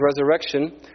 resurrection